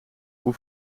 hoe